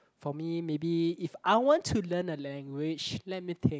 for me maybe if I want to learn a language let me think